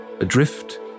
Adrift